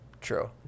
True